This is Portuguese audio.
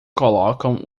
colocam